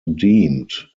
deemed